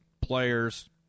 players